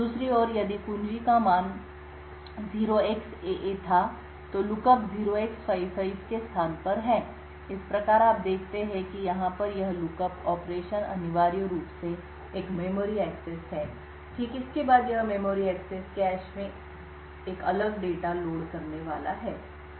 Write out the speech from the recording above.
दूसरी ओर यदि कुंजी का मान 0xAA था तो लुकअप 0x55 के स्थान पर है इस प्रकार आप देखते हैं कि यहाँ पर यह लुकअप ऑपरेशन अनिवार्य रूप से एक मेमोरी एक्सेस है ठीक इसके बाद यह मेमोरी एक्सेस कैश में एक अलग डेटा लोड करने वाला है